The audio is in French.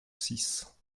six